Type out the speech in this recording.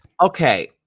Okay